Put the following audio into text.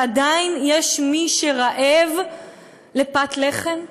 ועדיין יש מי שרעב לפת לחם?